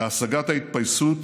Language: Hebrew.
להשגת ההתפייסות